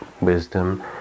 wisdom